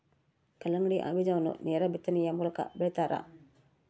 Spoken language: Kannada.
ಕಲ್ಲಂಗಡಿ ಬೀಜವನ್ನು ನೇರ ಬಿತ್ತನೆಯ ಮೂಲಕ ಬೆಳಿತಾರ